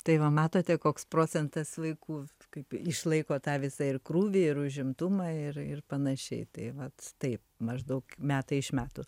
tai va matote koks procentas vaikų kaip išlaiko tą visą ir krūvį ir užimtumą ir ir panašiai tai vat taip maždaug metai iš metų